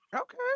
Okay